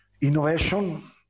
innovation